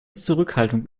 zurückhaltung